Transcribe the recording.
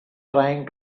trying